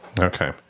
Okay